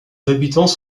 habitants